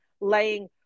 laying